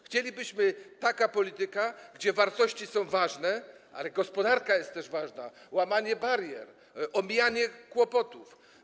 Chcielibyśmy takiej polityki, w której wartości są ważne, ale gospodarka jest też ważna - łamanie barier, omijanie kłopotów.